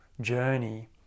journey